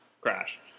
Crash